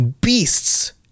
beasts